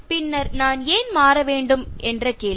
பின்னர் நான் ஏன் மாற வேண்டும் போன்ற கேள்வி